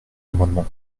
amendement